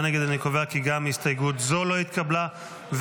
זו לא התקבלה.